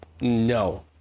no